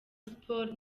sports